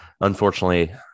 Unfortunately